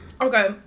Okay